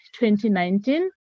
2019